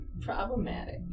problematic